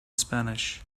spanish